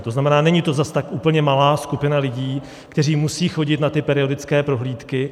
To znamená, není to zas tak úplně malá skupina lidí, kteří musejí chodit na ty periodické prohlídky.